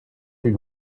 plus